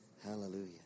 Hallelujah